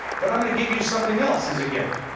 but i'm going to give you something else as a gift.